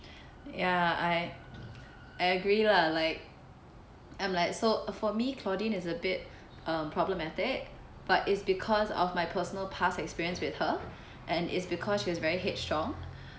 ya I I agree lah like I'm like so for me claudine is a bit problematic but it's because of my personal past experience with her and it's because she's very headstrong